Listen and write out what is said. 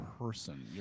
person